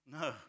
No